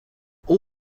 all